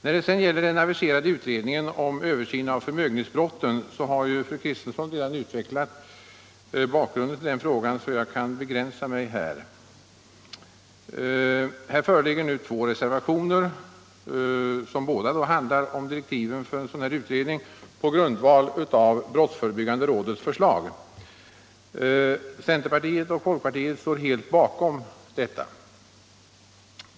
När det sedan gäller den aviserade utredningen om översyn av förmögenhetsbrotten har fru Kristensson redan utvecklat bakgrunden till den frågan, så jag kan begränsa mig här. Det föreligger två reservationer som handlar om direktiven för denna utredning på grundval av brottsförebyggande rådets förslag. Centerpartiet och folkpartiet står helt bakom detta.